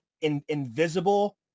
invisible